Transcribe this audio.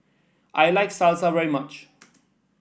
I like Salsa very much